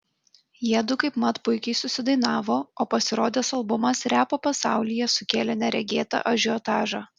jiedu kaipmat puikiai susidainavo o pasirodęs albumas repo pasaulyje sukėlė neregėtą ažiotažą